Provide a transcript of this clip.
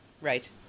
right